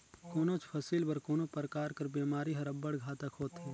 कोनोच फसिल बर कोनो परकार कर बेमारी हर अब्बड़ घातक होथे